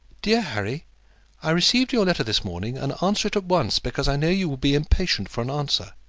dear harry i received your letter this morning, and answer it at once, because i know you will be impatient for an answer.